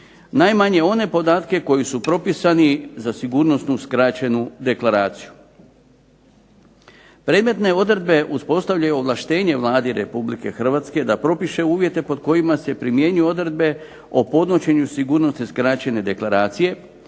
najmanje one podatke koji su propisani za sigurnosnu skraćenu deklaraciju. Predmetne odredbe uspostavljaju ovlaštenje Vladi Republike Hrvatske da propiše uvjete pod kojima se primjenjuju odredbe o podnošenju sigurnosne skraćene deklaracije,